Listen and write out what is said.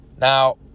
now